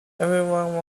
everyone